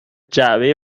جعبه